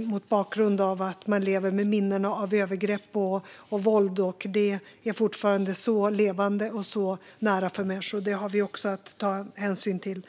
mot bakgrund av att man lever med minnena av övergrepp och våld, och det är fortfarande så levande och så nära för människor. Detta har vi också att ta hänsyn till.